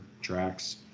tracks